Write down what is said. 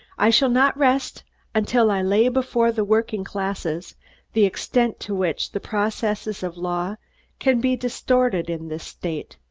i shall not rest until i lay before the working classes the extent to which the processes of law can be distorted in this state,